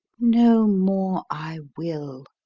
no more i will,